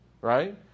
Right